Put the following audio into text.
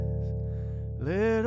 Little